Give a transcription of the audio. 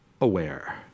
aware